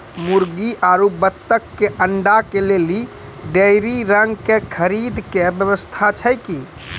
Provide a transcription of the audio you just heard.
मुर्गी आरु बत्तक के अंडा के लेली डेयरी रंग के खरीद के व्यवस्था छै कि?